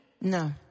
No